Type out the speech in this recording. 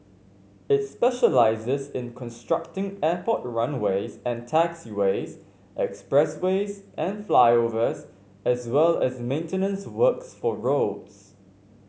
it specialises in constructing airport runways and taxiways expressways and flyovers as well as maintenance works for roads